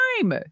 time